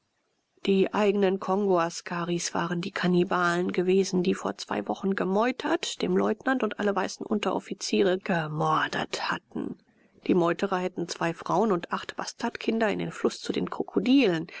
die eignen kongoaskaris waren die kannibalen gewesen die vor zwei wochen gemeutert den leutnant und alle weißen unteroffiziere gemordet hatten die meuterer hätten zwei frauen und acht bastardkinder in den fluß zu den krokodilen